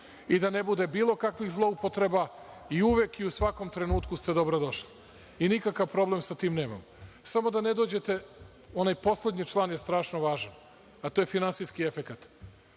i da ne bude bilo kakvih zloupotreba i uvek i u svakom trenutku ste dobrodošli i nikakav problem sa tim nemam, samo da ne dođete, onaj poslednji član je strašno važan, a to je finansijski efekat,